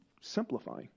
simplifying